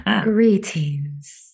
Greetings